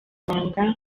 amabanga